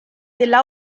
della